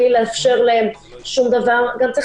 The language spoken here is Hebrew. אתם בעצמכם דיברתם על זה שהקריטריונים שההיקף נרחב ביחס